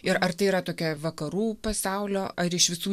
ir ar tai yra tokia vakarų pasaulio ar iš visų